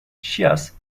shias